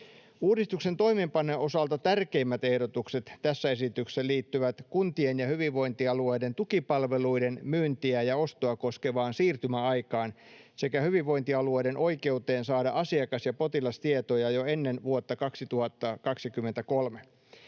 Uudistuksen toimeenpanon osalta tärkeimmät ehdotukset tässä esityksessä liittyvät kuntien ja hyvinvointialueiden tukipalveluiden myyntiä ja ostoa koskevaan siirtymäaikaan sekä hyvinvointialueiden oikeuteen saada asiakas- ja potilastietoja jo ennen vuotta 2023.